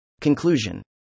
Conclusion